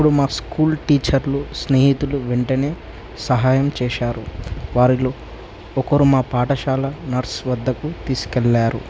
అప్పుడు మా స్కూల్ టీచర్లు స్నేహితులు వెంటనే సహాయం చేశారు వారిలో ఒకరు మా పాఠశాల నర్స్ వద్దకు తీసుకెళ్ళారు